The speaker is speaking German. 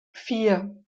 vier